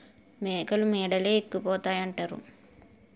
మేకలు మేడలే ఎక్కిపోతాయంతారు